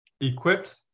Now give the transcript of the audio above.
Equipped